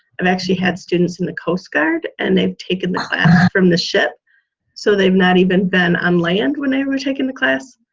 i've actually had students in the coast guard and they've taken the class from the ship so they've not even been on land whenever they're taking the class.